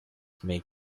make